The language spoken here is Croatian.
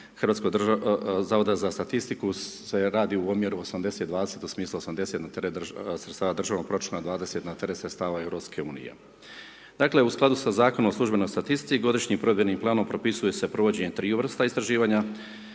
i sam proračun DZSS-a se radi u omjeru 80:20, u smislu 80 na teret sredstava državnog proračuna, 20 na teret EU-a. Dakle u skladu sa Zakonom o službenoj statistici, godišnjim provedbenim planom propisuje se provođenje triju vrsta istraživanja,